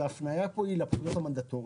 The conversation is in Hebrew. וההפניה פה היא לפקודות המנדטוריות.